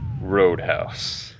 Roadhouse